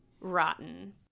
rotten